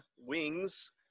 wings